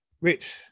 Rich